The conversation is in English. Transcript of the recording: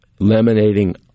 laminating